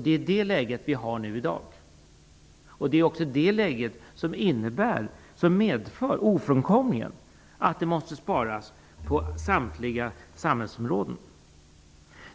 Det är det läget som vi har i dag och som ofrånkomligen innebär att det måste sparas på samtliga samhällsområden.